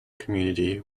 community